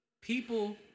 People